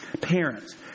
Parents